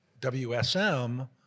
WSM